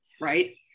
right